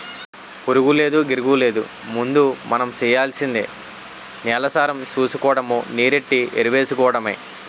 పురుగూలేదు, గిరుగూలేదు ముందు మనం సెయ్యాల్సింది నేలసారం సూసుకోడము, నీరెట్టి ఎరువేసుకోడమే